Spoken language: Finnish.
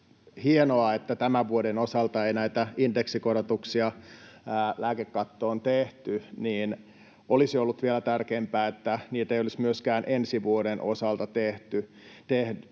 hienoa, että tämän vuoden osalta ei näitä indeksikorotuksia lääkekattoon tehty, niin olisi ollut vielä tärkeämpää, että niitä ei olisi myöskään ensi vuoden osalta tehty.